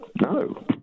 No